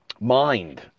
mind